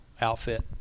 outfit